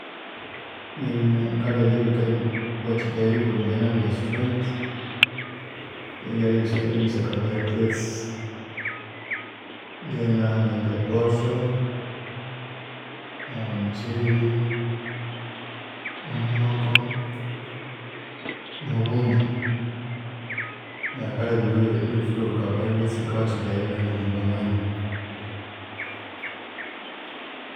Neryu ne kale byebikawathikaya erimprovinga enanga strength, ebyalya ebiri mwesya carbohydates, ngenanga ngeposho, omukyeri, omuhoko, nobundu yeah kale ebindu ebiri ebirifull of carbohydrates bikawathikaya erinanga erihimba amani